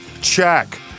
Check